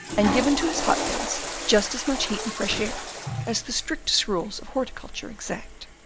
and given to his hotbeds just as much heat and fresh air as the strictest rules of horticulture exact.